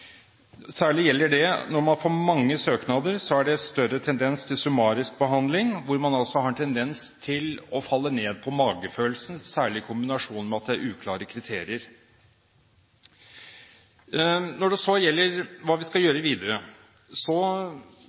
Særlig gjelder det når man får mange søknader. Da er det større tendens til summarisk behandling. Man har altså en tendens til å falle ned på magefølelsen, særlig i kombinasjon med at det er uklare kriterier. Når det gjelder hva vi skal gjøre videre,